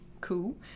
Cool